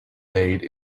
made